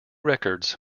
records